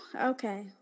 Okay